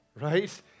right